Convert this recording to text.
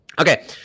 Okay